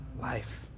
life